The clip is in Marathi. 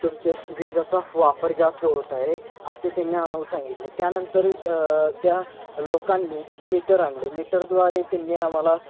तुमचे विजाचा वापर जास्त होत आहे असे त्यांनी आम्हाला सांगितले त्यानंतर त्या लोकांनी मीटर आणले मीटरद्वारे त्यांनी आम्हाला